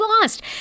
lost